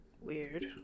Weird